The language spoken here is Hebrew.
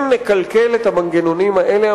אם נקלקל את המנגנונים האלה,